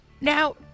Now